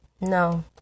No